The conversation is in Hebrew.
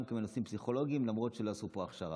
גם כפסיכולוגים, למרות שלא עשו פה הכשרה.